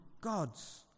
gods